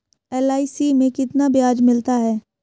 LIC में कितना ब्याज मिलता है?